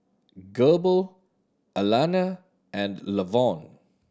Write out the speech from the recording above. Goebel Alannah and Lavon